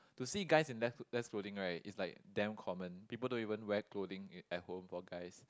to see guys in less less clothing right is like damn common people don't even wear clothing it at home for guys